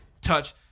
touch